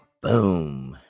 Boom